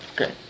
Okay